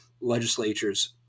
legislatures